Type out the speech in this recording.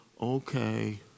Okay